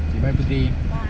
K bye puteri